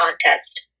contest